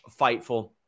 Fightful